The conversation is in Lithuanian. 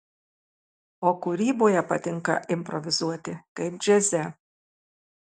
o kūryboje patinka improvizuoti kaip džiaze